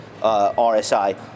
rsi